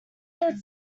that